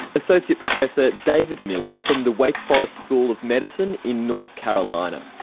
associate professor david miller from the wake forest school of medicine in north carolina.